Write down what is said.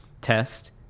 test